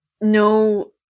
no